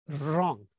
wrong